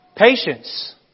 Patience